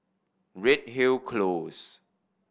Redhill Close